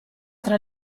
tra